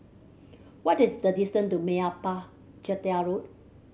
what is the distant to Meyappa Chettiar Road